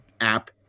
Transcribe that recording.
app